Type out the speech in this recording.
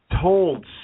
told